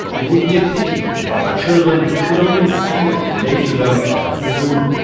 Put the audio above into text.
it would be a pity of our children could only see and relate to them at the zoo.